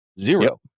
zero